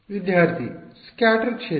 ವಿದ್ಯಾರ್ಥಿ ಸ್ಕ್ಯಾಟರ್ ಕ್ಷೇತ್ರ